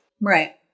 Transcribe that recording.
Right